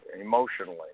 emotionally